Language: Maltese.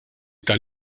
tal